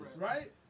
right